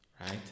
right